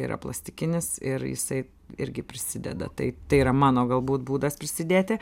yra plastikinis ir jisai irgi prisideda tai tai yra mano galbūt būdas prisidėti